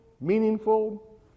meaningful